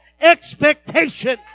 Expectation